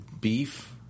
beef